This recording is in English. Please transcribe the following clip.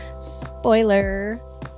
spoiler